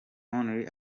only